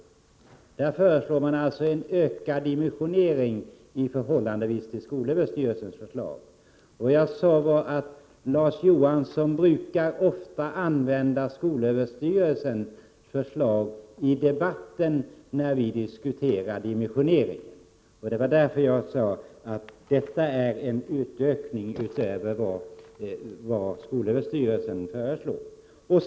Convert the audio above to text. Det blir alltså en ökad dimensionering i förhållande till skolöverstyrelsens förslag. Jag sade att Larz Johansson ofta använder skolöverstyrelsens förslag i debatten när vi diskuterar dimensioneringen. Därför nämnde jag att vårt förslag innebär en utökning utöver vad skolöverstyrelsen har föreslagit.